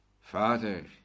Father